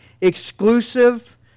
exclusive